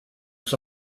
was